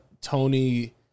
Tony